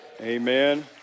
Amen